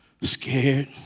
scared